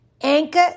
Anchor